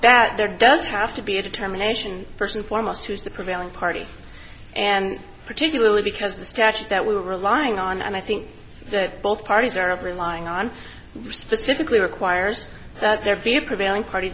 that there does have to be a determination person foremost who is the prevailing party and particularly because the statute that we're relying on and i think that both parties are of relying on specifically requires that there be a prevailing party